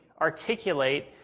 articulate